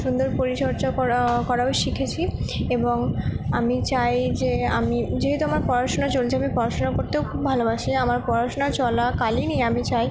সুন্দর পরিচর্চা করা করাও শিখেছি এবং আমি চাই যে আমি যেহেতু আমার পড়াশুনা চলছে আমি পড়াশুনা করতেও খুব ভালোবাসি আমার পড়াশোনা চলাকালীনই আমি চাই